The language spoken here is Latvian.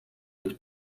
līdz